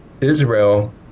Israel